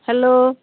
hello